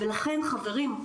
ולכן חברים,